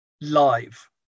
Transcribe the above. Live